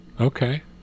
okay